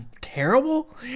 terrible